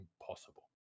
impossible